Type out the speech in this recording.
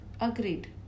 Agreed